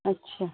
अच्छा